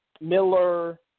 Miller